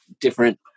different